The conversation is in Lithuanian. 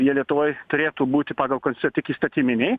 jie lietuvoj turėtų būti pagal konstituciją tik įstatyminiai